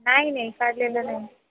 नाही नाही काढलेलं नाही